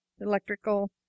electrical